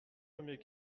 premier